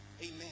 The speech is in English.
Amen